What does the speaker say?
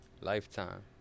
lifetime